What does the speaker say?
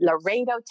Laredo